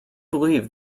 believe